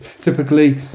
typically